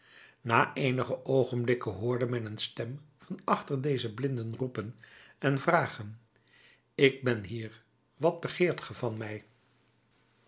na eenige oogenblikken hoorde men een stem van achter deze blinden roepen en vragen ik ben hier wat begeert ge van mij